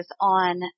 on